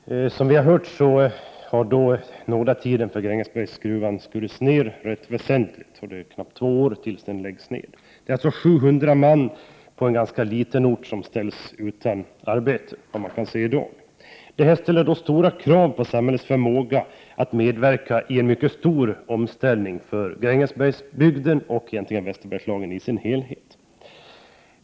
Herr talman! Som vi har hört har nådatiden för Grängesbergsgruvan skurits ner rätt väsentligt. Det är knappt två år tills den läggs ner och 700 man på en ganska liten ort ställs utanför arbete. Detta ställer stora krav på samhällets förmåga att medverka i en mycket stor omställning för Grängesbergsbygden och Västerbergslagen i dess helhet.